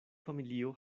familio